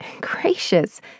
Gracious